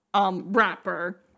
rapper